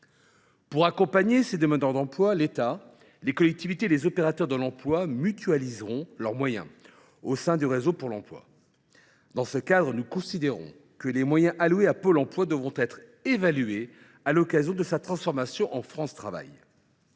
Pour accompagner les demandeurs d’emploi, l’État, les collectivités et les opérateurs de l’emploi mutualiseront leurs moyens au sein du nouveau réseau pour l’emploi. Dans cette perspective, nous considérons que les moyens dévolus à Pôle emploi devront être évalués à l’occasion de sa transformation en France Travail.